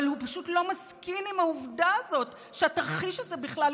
אבל הוא פשוט לא מסכין עם העובדה הזאת שהתרחיש הזה בכלל אפשרי.